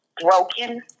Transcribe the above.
broken